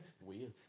Weird